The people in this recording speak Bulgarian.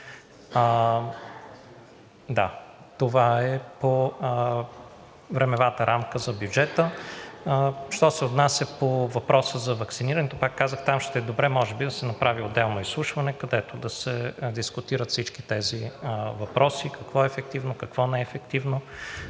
това е по времевата рамка за бюджета. Що се отнася по въпроса за ваксинирането. Пак казах, там ще е добре може би да се направи отделно изслушване, където да се дискутират всички тези въпроси – какво е ефективно, какво не е ефективно.